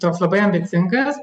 toks labai ambicingas